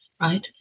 right